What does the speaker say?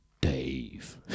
Dave